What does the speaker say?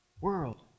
World